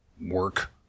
work